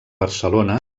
barcelona